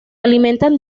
alimentan